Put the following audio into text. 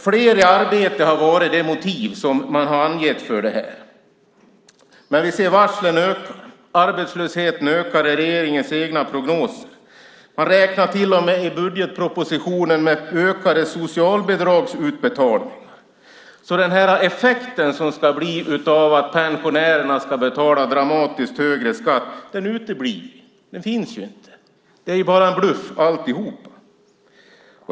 Fler i arbete har varit det motiv som man har angett för det här. Men vi ser att varslen ökar. Arbetslösheten ökar i regeringens egna prognoser. Man räknar till och med i budgetpropositionen med ökade socialbidragsutbetalningar. Så den effekt som ska bli av att pensionärerna ska betala dramatiskt högre skatt uteblir. Den finns inte. Det är bara en bluff alltihop.